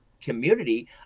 community